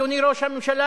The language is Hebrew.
אדוני ראש הממשלה,